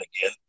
again